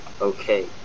okay